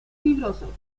fibroso